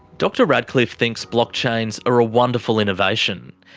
dr radcliffe thinks blockchains are a wonderful innovation.